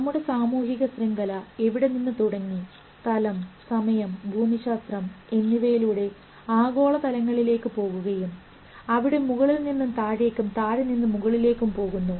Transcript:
നമ്മുടെ സാമൂഹിക ശൃംഖല എവിടെ നിന്ന് തുടങ്ങി സ്ഥലം സമയം ഭൂമിശാസ്ത്രം എന്നിവയിലൂടെ ആഗോള തലങ്ങളിലേക്ക് പോകുകയും അവിടെ മുകളിൽ നിന്ന് താഴേക്കും താഴെ നിന്ന് മുകളിലേക്ക് പോകുന്നു